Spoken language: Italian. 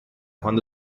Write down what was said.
quando